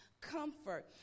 comfort